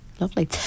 Lovely